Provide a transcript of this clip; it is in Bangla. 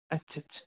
আচ্ছা আচ্ছা